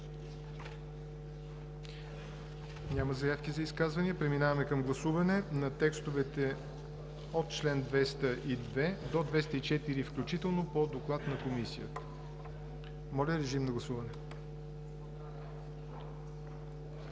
Няма заявки за изказвания. Преминаваме към гласуване на текстовете от чл. 202 до 204 включително по доклада на Комисията. Гласували